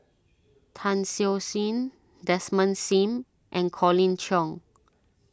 Tan Siew Sin Desmond Sim and Colin Cheong